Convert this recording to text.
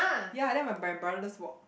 ya then my my brother just walk